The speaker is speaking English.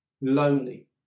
lonely